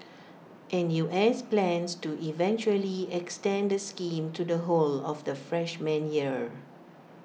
N U S plans to eventually extend the scheme to the whole of the freshman year